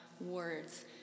words